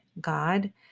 God